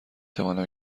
توانم